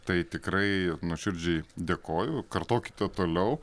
tai tikrai nuoširdžiai dėkoju kartokite toliau